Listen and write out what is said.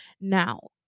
Now